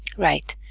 right,